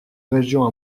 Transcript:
régions